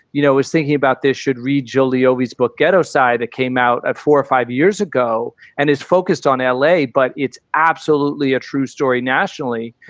you know, is thinking about this should read julio's book, ghetto side that came out at four or five years ago and is focused on l a. but it's absolutely a true story nationally,